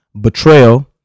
betrayal